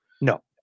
No